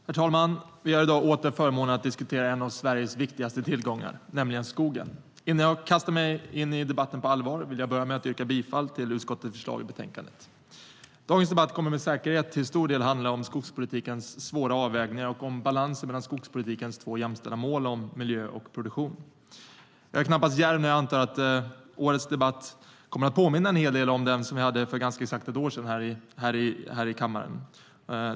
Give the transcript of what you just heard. Herr talman! Vi har i dag åter förmånen att diskutera en av Sveriges viktigaste tillgångar, nämligen skogen. Innan jag på allvar kastar mig in i debatten vill jag yrka bifall till utskottets förslag i betänkandet. Dagens debatt kommer med säkerhet att till stor del handla om skogspolitikens svåra avvägningar och om balansen mellan skogspolitikens två jämställda mål om miljö och produktion. Jag är knappast djärv om jag antar att årets debatt en hel del kommer att påminna om den som vi hade för ganska exakt ett år sedan i kammaren.